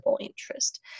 interest